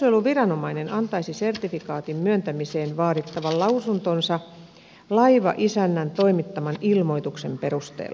työsuojeluviranomainen antaisi sertifikaatin myöntämiseen vaadittavan lausuntonsa laivaisännän toimittaman ilmoituksen perusteella